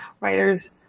writers